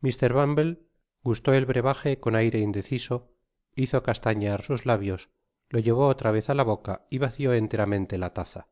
mr bumble gustó el brebaje con aire indeciso hizo castañear sus labios lo llevó otra vez á la boca y vació enteramente la taza